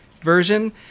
version